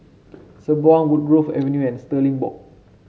Sembawang Woodgrove Avenue and Stirling Walk